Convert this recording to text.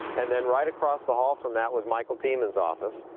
and then right across the hall, from that was michael tiemann's office.